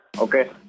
Okay